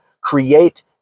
create